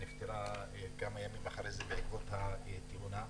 שנפטרה כמה ימים אחרי כן בעקבות התאונה.